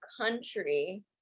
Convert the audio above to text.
country